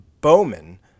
Bowman